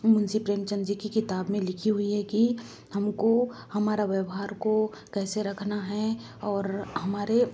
मुंशी प्रेमचंद जी की किताब में लिखी हुई है कि हम को हमारे व्यवहार को कैसे रखना है और हमारे